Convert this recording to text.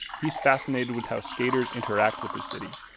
he's fascinated with how skaters interact with their city.